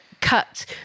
cut